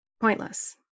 pointless